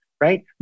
right